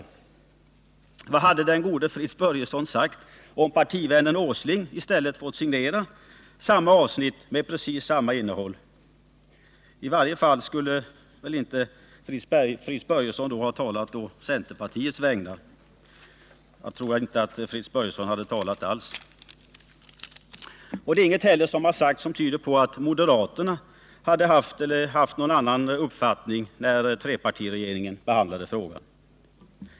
Vad hade den gode Fritz Börjesson sagt om partivännen Åsling i stället fått signera samma avsnitt med precis samma innehåll? I varje fall skulle väl inte Fritz Börjesson då ha talat å centerpartiets vägnar. Jag tror att han inte hade talat alls. Det är inte heller något som sagts som tyder på att moderaterna haft någon annan uppfattning när trepartiregeringen behandlat frågan.